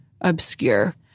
obscure